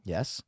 Yes